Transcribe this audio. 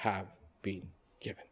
have been given